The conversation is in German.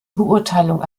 beurteilung